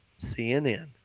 CNN